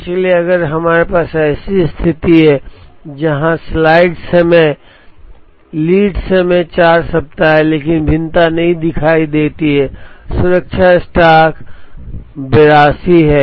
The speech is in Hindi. इसलिए अगर हमारे पास ऐसी स्थिति है जहां संदर्भ स्लाइड समय ३१४ time लीड समय 4 सप्ताह है लेकिन भिन्नता नहीं दिखाती है सुरक्षा स्टॉक 82 है